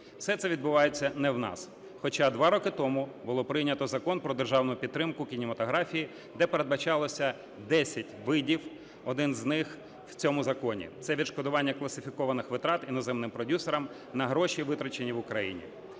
Все це відбувається не в нас, хоча два роки тому було прийнято Закон "Про державну підтримку кінематорафії", де передбачалося 10 видів один з них у цьому законі. Це відшкодування класифікованих витрат іноземним продюсерам на гроші витрачені в Україні.